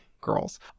girls